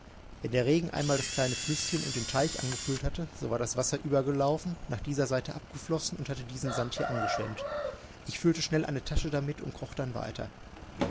wenn der regen einmal das kleine flüßchen und den teich angefüllt hatte so war das wasser übergelaufen nach dieser seite abgeflossen und hatte diesen sand hier angeschwemmt ich füllte schnell eine tasche damit und kroch dann weiter